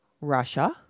Russia